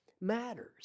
matters